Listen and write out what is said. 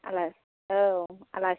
आलासि औ आलासि